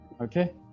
Okay